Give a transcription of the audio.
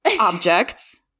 objects